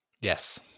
Yes